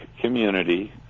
community